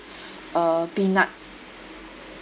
uh peanut